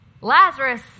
Lazarus